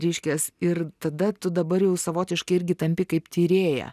reiškias ir tada tu dabar jau savotiškai irgi tampi kaip tyrėja